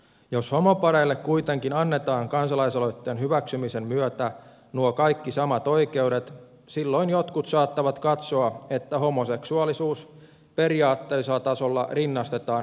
jos homopareille kuitenkin annetaan kansalaisaloitteen hyväksymisen myötä nuo kaikki samat oikeudet silloin jotkut saattavat katsoa että homoseksuaalisuus periaatteellisella tasolla rinnastetaan heteroseksuaalisuuteen